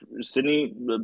Sydney